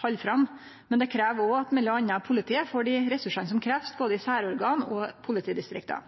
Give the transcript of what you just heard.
halde fram, men det krev òg at m.a. politiet får dei resursane som krevst både i særorgan og i politidistrikta.